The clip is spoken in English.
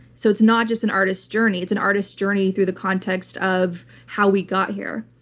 so it's not just an artist's journey. it's an artist's journey through the context of how we got here.